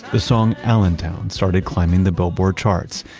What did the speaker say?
the song allentown started climbing the billboard charts,